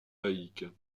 laïque